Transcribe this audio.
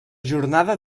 jornada